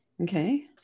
Okay